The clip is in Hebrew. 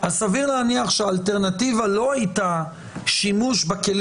סביר להניח שהאלטרנטיבה לא היתה שימוש בכלים